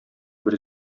бер